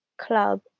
club